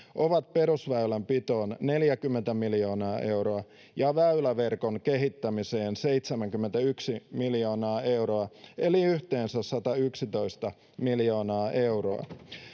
ovat perusväylänpitoon neljäkymmentä miljoonaa euroa ja väyläverkon kehittämiseen seitsemänkymmentäyksi miljoonaa euroa eli yhteensä satayksitoista miljoonaa euroa